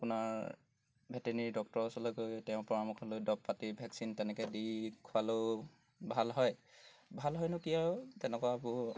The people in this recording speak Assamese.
আপোনাৰ ভেটেনেৰী ডক্টৰৰ ওচৰলৈ গৈ তেওঁৰ পৰামৰ্শ লৈ দৰৱ পাতি ভেকচিন তেনেকৈ দি খোৱালেও ভাল হয় ভাল হয়নো কি আৰু তেনেকুৱাবোৰ